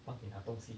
帮你拿那东西